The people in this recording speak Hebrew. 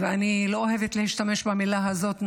ואני לא אוהבת להשתמש במילה הזאת,